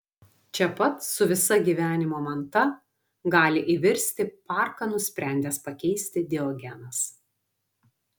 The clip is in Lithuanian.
čia pat su visa gyvenimo manta gali įvirsti parką nusprendęs pakeisti diogenas